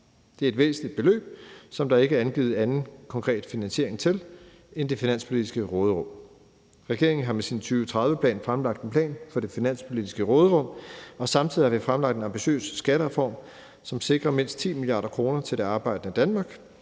Det er et væsentligt beløb, som der ikke er angivet anden konkret finansiering til end det finanspolitiske råderum. Regeringen har med sin 2030-plan fremlagt en plan for det finanspolitiske råderum, og samtidig har vi fremlagt en ambitiøs skattereform, som sikrer mindst 10 mia. kr. til det arbejdende Danmark.